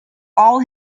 all